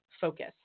focus